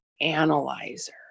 analyzer